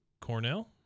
cornell